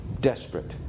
desperate